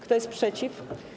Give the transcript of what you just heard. Kto jest przeciw?